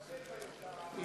מנחה.